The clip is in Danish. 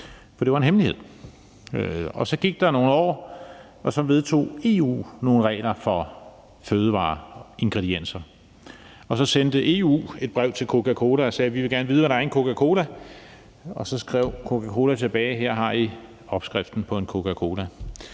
for det var en hemmelighed. Så gik der nogle år, og så vedtog EU nogle regler for fødevareingredienser. Så sendte EU et brev til Coca-Cola og sagde, at de gerne ville vide, hvad der var i en Coca-Cola. Og så skrev Coca-Cola tilbage: Her har I opskriften på en Coca-Cola.